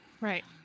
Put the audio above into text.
right